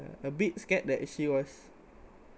uh a bit scared that she was